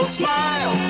smile